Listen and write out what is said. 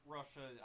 Russia